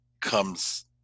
comes